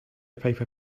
piper